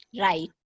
Right